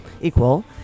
equal